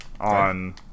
on